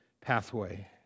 pathway